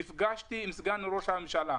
נפגשתי עם סגן ראש הממשלה,